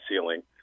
ceiling